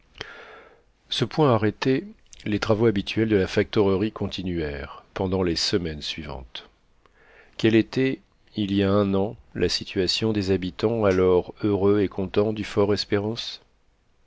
ce point arrêté les travaux habituels de la factorerie continuèrent pendant les semaines suivantes quelle était il y a un an la situation des habitants alors heureux et contents du